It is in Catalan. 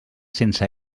sense